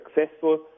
successful